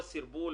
נעשה עשר ועדות,